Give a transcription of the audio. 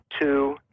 Two